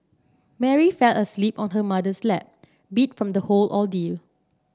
Mary fell asleep on her mother's lap beat from the whole ordeal